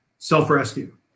Self-rescue